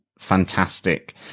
fantastic